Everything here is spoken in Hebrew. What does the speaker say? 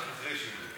רק אחרי שהיא מבקשת.